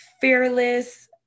fearless